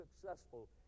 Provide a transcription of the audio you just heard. successful